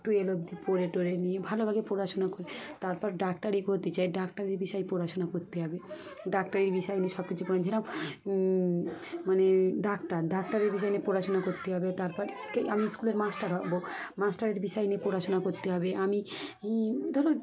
twelve অবধি পড়ে টড়ে নিয়ে ভালোভাবে পড়াশোনা করে তারপর ডাক্তার হতে চাই ডাক্তারের বিষয়ে পড়াশোনা করতে হবে ডাক্তারির বিষয় নিয়ে সব কিছু পড়ে যেরম মানে ডাক্তার ডাক্তারের বিষয় নিয়ে পড়াশোনা করতে হবে তারপর ক আমি স্কুলের মাস্টার হবো মাস্টারের বিষয় নিয়ে পড়াশোনা করতে হবে আমি ধরো